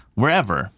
wherever